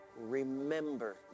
remember